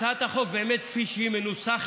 הצעת החוק כפי שהיא מנוסחת,